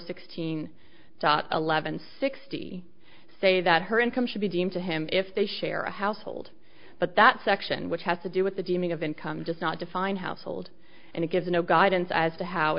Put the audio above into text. sixteen eleven sixty say that her income should be deemed to him if they share a household but that section which has to do with the deeming of income just not define household and it gives no guidance as to how